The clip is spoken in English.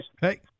Hey